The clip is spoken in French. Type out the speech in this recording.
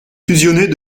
fusionnée